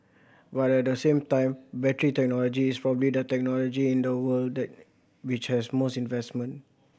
but at the same time battery technology is probably the technology in the world which has most investment